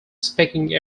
speaking